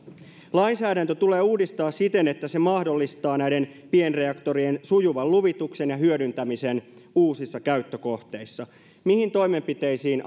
lainsäädäntö tulee uudistaa siten että se mahdollistaa näiden pienreaktorien sujuvan luvituksen ja hyödyntämisen uusissa käyttökohteissa mihin toimenpiteisiin